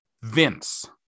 Vince